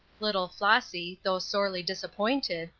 little flossy, though sorely disappointed,